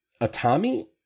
Atami